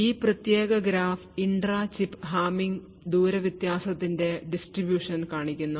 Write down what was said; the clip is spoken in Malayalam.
ഈ പ്രത്യേക ഗ്രാഫ് ഇൻട്രാ ചിപ്പ് ഹാമിംഗ് ദൂരവ്യത്യാസത്തിന്റെ distribution കാണിക്കുന്നു